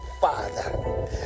Father